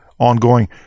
ongoing